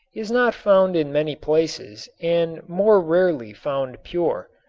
is not found in many places and more rarely found pure.